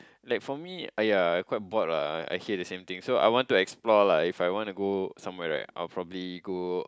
like for me !aiya! I quite bored ah I hear the same thing so I want to explore lah so if I wanna go somewhere then I'll probably go